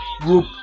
Group